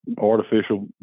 artificial